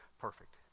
perfect